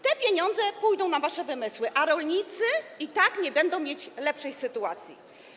Te pieniądze pójdą na wasze wymysły, a rolnicy i tak nie będą mieć lepszej sytuacji.